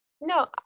no